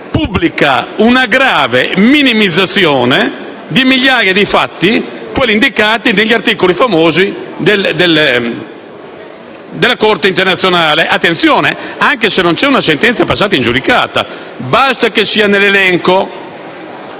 pubblica una "grave minimizzazione" di migliaia di fatti, quelli indicati nei famosi articoli della Corte internazionale, anche se non c'è una sentenza passata in giudicato. Basta che sia nell'elenco.